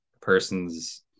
person's